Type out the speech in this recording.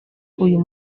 uyu